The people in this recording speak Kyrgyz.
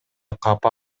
капа